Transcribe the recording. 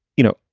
you know,